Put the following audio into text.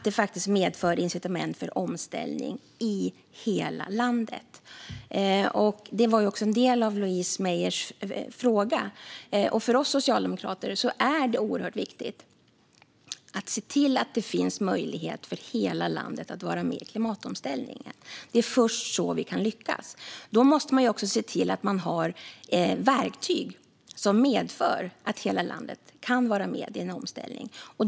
Det medför incitament för omställning i hela landet. Detta var också en del av Louise Meijers fråga. För oss socialdemokrater är det oerhört viktigt att se till det finns möjlighet för hela landet att vara med i klimatomställningen. Det är först så vi kan lyckas. Då måste man också se till att ha verktyg som medför att hela landet kan vara med i en omställning.